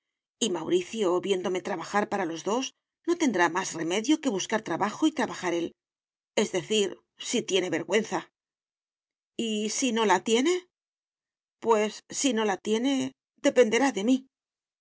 y mauricio viéndome trabajar para los dos no tendrá más remedio que buscar trabajo y trabajar él es decir si tiene vergüenza y si no la tiene pues si no la tiene dependerá de mí